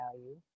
value